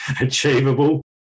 achievable